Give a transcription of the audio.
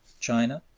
china,